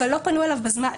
אבל לא פנו אליו בזמן.